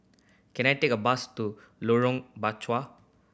can I take a bus to Lorong Bachok